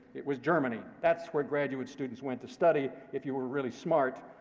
it was germany. that's where graduate students went to study if you were really smart,